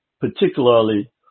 particularly